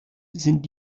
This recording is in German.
sind